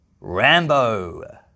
Rambo